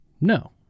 No